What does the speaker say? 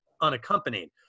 unaccompanied